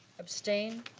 abstained?